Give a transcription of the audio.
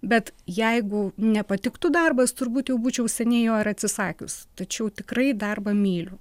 bet jeigu nepatiktų darbas turbūt jau būčiau seniai jo ir atsisakius tačiau tikrai darbą myliu